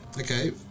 Okay